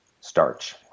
starch